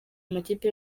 amakipe